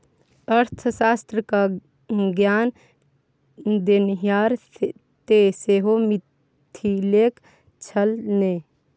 अर्थशास्त्र क ज्ञान देनिहार तँ सेहो मिथिलेक छल ने